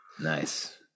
Nice